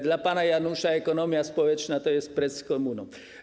Dla pana Janusza ekonomia społeczna to jest ˝precz z komuną˝